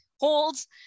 holds